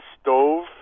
stove